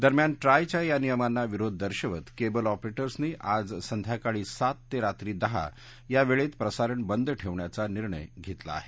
दरम्यान ट्रायच्या या नियमांना विरोध दर्शवत केबल ऑपरेटर्सनी आज संध्याकाळी सात ते रात्री दहा या वेळेत प्रसारण बंद ठेवण्याचा निर्णय घेतला आहे